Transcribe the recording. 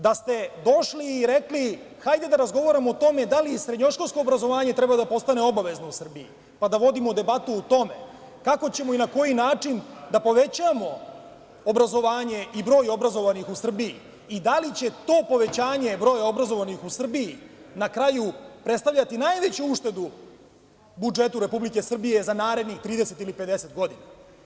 Da ste došli i rekli, hajde da razgovaramo o tome da li srednjoškolsko obrazovanje treba da postane obavezno u Srbiji, pa da vodimo debatu u tome, kako ćemo i na koji način da povećamo obrazovanje i broj obrazovanih u Srbiji i da li će to povećanje broja obrazovanih u Srbiji na kraju predstavljati najveću uštedu budžetu Republike Srbije za narednih 30 ili 50 godina.